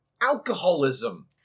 alcoholism